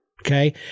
Okay